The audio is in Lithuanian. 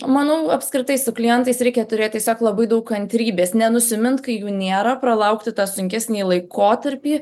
manau apskritai su klientais reikia turėt tiesiog labai daug kantrybės nenusimint kai jų nėra pralaukti tą sunkesnį laikotarpį